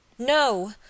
No